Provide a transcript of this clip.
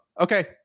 Okay